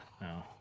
No